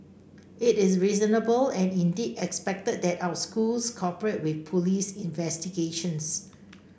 it is reasonable and indeed expected that our schools cooperate with police investigations